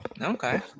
Okay